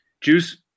Juice